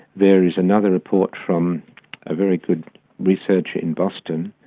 there is another report from a very good researcher in boston,